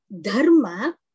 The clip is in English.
Dharma